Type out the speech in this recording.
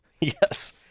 Yes